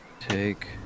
Take